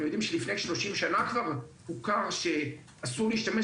אנחנו יודעים שלפני 30 שנים הוכר שאסור להשתמש